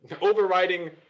overriding